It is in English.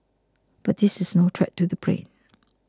but this is no threat to the plane